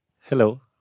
Hello